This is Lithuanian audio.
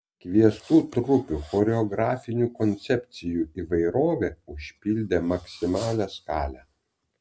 kviestų trupių choreografinių koncepcijų įvairovė užpildė maksimalią skalę